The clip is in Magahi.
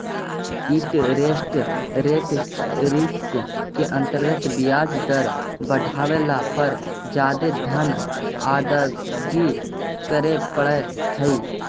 इंटरेस्ट रेट रिस्क के अंतर्गत ब्याज दर बढ़ला पर जादे धन अदायगी करे पड़ऽ हई